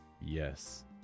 Yes